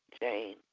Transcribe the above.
Jane